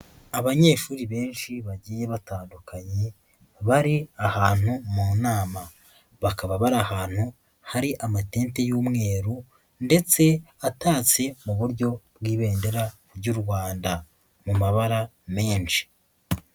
Abanyeshuri benshi bagiye batandukanye bari ahantu mu nama bakaba bari ahantu hari amatente y'umweru ndetse atatse mu buryo bw'Ibendera ry'u Rwanda mu mabara menshi.